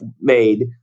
made